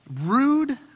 rude